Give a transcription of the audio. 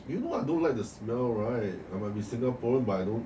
you know I don't like the smell right I might be singaporean but I don't